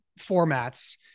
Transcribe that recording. formats